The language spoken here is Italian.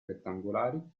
rettangolari